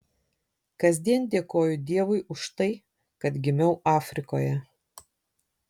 kasdien dėkoju dievui už tai kad gimiau afrikoje